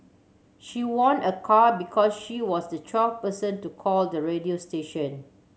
she won a car because she was the twelfth person to call the radio station